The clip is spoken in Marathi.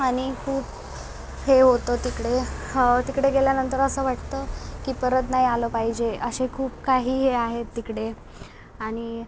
आणि खूप हे होतं तिकडे हं तिकडे गेल्यानंतर असं वाटतं की परत नाही आलं पाहिजे असे खूप काही हे आहे तिकडे आणि